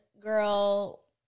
girl